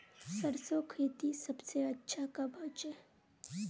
सरसों खेती सबसे अच्छा कब होचे?